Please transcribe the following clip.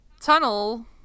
tunnel